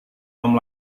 tom